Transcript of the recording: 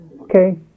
Okay